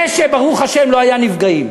זה שברוך השם לא היו נפגעים,